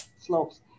slopes